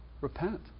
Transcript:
Repent